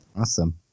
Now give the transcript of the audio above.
Awesome